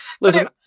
Listen